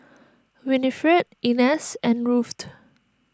Winifred Inez and Ruthe